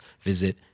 visit